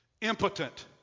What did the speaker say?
impotent